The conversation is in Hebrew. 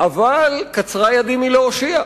אבל קצרה ידי מלהושיע,